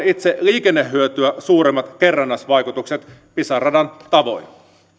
itse liikennehyötyä suuremmat kerrannaisvaikutukset pisara radan tavoin